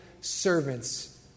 servants